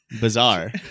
Bizarre